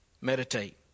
Meditate